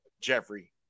Jeffrey